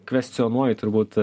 kvestionuoju turbūt